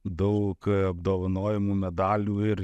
daug apdovanojimų medalių ir